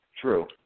True